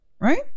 Right